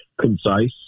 concise